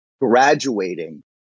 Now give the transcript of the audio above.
graduating